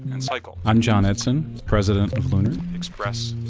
and cycle i'm john edson. president of lunar express,